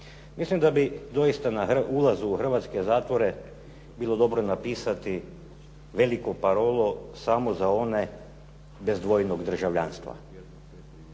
Mislim da bi doista u ulazu u hrvatske zatvore bilo dobro napisati veliku parolu samo za one bez dvojnog državljanstva